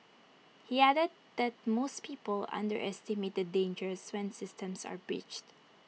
he added that most people underestimate the dangers when systems are breached